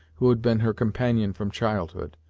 who had been her companion from childhood,